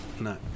No